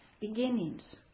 Beginnings